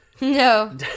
No